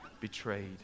betrayed